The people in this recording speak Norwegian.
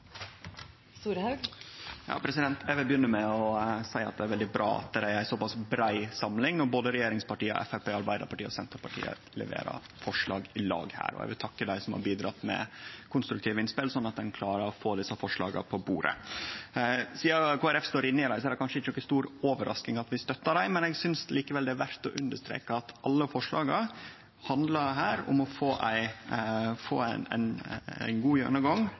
veldig bra at det er ei så pass brei samling når både regjeringspartia, Arbeidarpartiet, Framstegspartiet og Senterpartiet leverer forslag i lag her. Eg vil takke dei som har bidratt med konstruktive innspel, slik at ein klarer å få desse forslaga på bordet. Sidan Kristeleg Folkeparti er inne i forslaga, er det kanskje ikkje overraskande at vi støttar dei, men eg synest likevel det er verdt å understreke at alle forslaga handlar om å få ein god gjennomgang for å sikre at dei konsesjonane som er gjevne, er gjevne på ein god